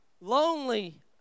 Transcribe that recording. lonely